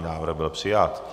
Návrh byl přijat.